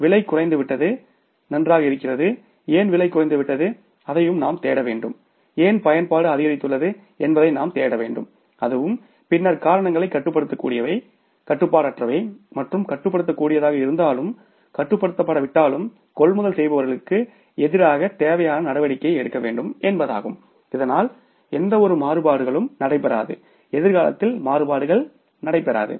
விலை குறைந்துவிட்டது நன்றாக இருக்கிறது ஏன் விலை குறைந்துவிட்டது அதையும் நாம் தேட வேண்டும் ஏன் பயன்பாடு அதிகரித்துள்ளது என்பதையும் நாம் தேட வேண்டும் அதுவும் பின்னர் காரணங்களை கட்டுப்படுத்தக்கூடியவை கட்டுப்பாடற்றவை மற்றும் கட்டுப்படுத்தக்கூடியதாக இருந்தாலும் கட்டுப்படுத்தப்படாவிட்டால் கொள்முதல் செய்பவர்களுக்கு எதிராக தேவையான நடவடிக்கை எடுக்கப்பட வேண்டும் என்பதாகும் இதனால் எந்தவொரு மாறுபாடுகளும் நடைபெறாது எதிர்காலத்தில் மாறுபாடுகள் நடைபெறாது